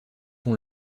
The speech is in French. font